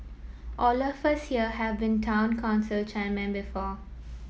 all of us here have been Town Council chairmen before